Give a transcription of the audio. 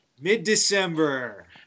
Mid-December